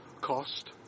cost